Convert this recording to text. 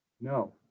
No